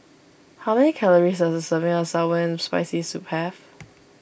how many calories does serving of Sour and Spicy Soup have